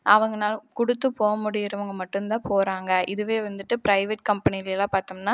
அவங்கனால் கொடுத்து போக முடிகிறவங்க மட்டுந்தான் போகிறாங்க இதுவே வந்துட்டு ப்ரைவேட் கம்பெனிலலாம் பார்த்தோம்னா